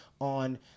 on